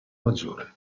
maggiore